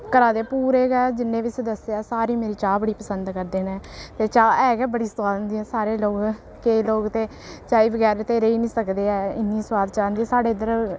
घरा दे पूरे गै जिन्ने बी सदस्य ऐ सारे गै मेरी चाह् बड़ी पसंद करदे न ते चाह् है गै बड़ी सोआद होंदी ऐ सारे लोक केईं लोक ते चाही बगैर ते रेही निं सकदे ऐ इन्नी सोआद चाह् होंदी ऐ साढ़े इद्धर